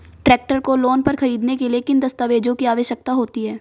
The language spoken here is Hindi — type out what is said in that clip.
ट्रैक्टर को लोंन पर खरीदने के लिए किन दस्तावेज़ों की आवश्यकता होती है?